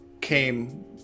came